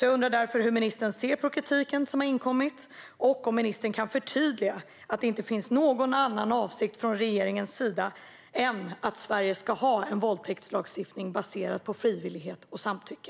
Jag undrar därför hur ministern ser på kritiken som har inkommit och om ministern kan förtydliga att det inte finns någon annan avsikt från regeringens sida än att Sverige ska ha en våldtäktslagstiftning baserad på frivillighet och samtycke.